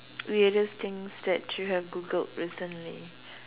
weirdest things that you have Googled recently